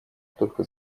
только